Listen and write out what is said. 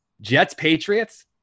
Jets-Patriots